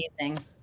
amazing